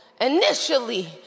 Initially